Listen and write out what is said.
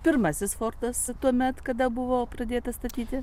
pirmasis fortas tuomet kada buvo pradėtas statyti